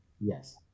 Yes